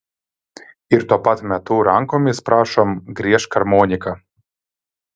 ir tuo pat metu rankomis prašom griežk armonika